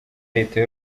leta